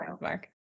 Mark